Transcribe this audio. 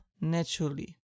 naturally